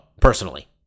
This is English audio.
personally